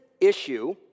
issue